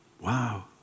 Wow